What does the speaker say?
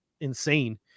insane